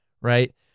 right